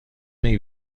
may